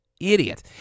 idiot